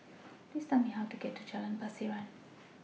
Please Tell Me How to get to Jalan Pasiran